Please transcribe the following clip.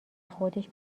خودش